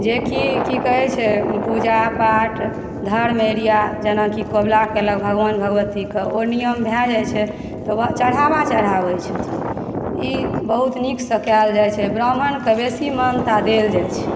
जेकि की कहय छै पूजा पाठ धर्म एरिया जेनाकि कबूला केलक भगवान भगवतीके ओ नियम भए जाइत छै तऽ चढ़ावा चढ़ावै छथिन ई बहुत नीकसँ कयल जाइ छै ब्राम्हणके बेसी मानता देल जाइत छै